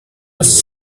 was